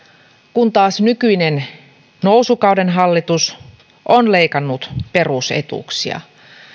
kun taas nykyinen nousukauden hallitus on leikannut perusetuuksia